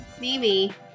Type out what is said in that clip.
Mimi